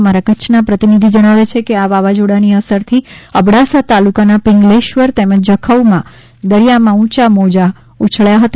અમારા કચ્છના પ્રતિનિધિ જણાવે છે કે આ વાવાઝોડાની અસરથી અબડાસા તાલુકાના પિંગલેશ્વર તેમજ જખૌમાં દરિયામાં ઉંચા મોજાં ઉછબ્યા હતા